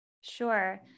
Sure